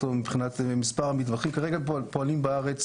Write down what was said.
מבחינת מספר המתמחים כרגע פועלים בארץ